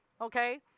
okay